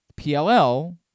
PLL